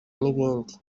n’ibindi